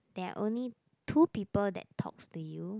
there are only two people that talks to you